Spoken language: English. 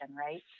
right